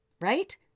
right